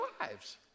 lives